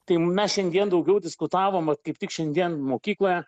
tai mes šiandien daugiau diskutavom vat kaip tik šiandien mokykloje